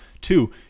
Two